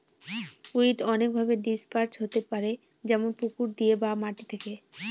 weed অনেকভাবে disperse হতে পারে যেমন পুকুর দিয়ে বা মাটি থেকে